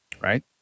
right